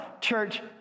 church